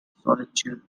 solitude